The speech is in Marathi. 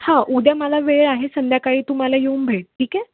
हा उद्या मला वेळ आहे संध्याकाळी तू मला येऊन भेट ठीक आहे